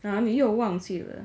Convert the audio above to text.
!huh! 你又忘记了